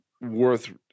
worth –